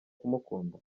kumukunda